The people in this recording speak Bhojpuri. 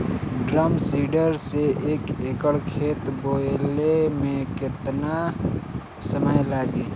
ड्रम सीडर से एक एकड़ खेत बोयले मै कितना समय लागी?